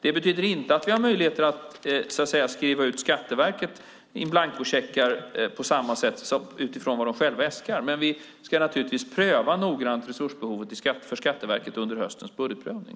Det betyder inte att vi har möjlighet att skriva ut in blanko-checkar till Skatteverket utifrån vad de själva äskar, men vi ska naturligtvis noggrant pröva resursbehovet för Skatteverket under höstens budgetprövning.